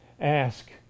Ask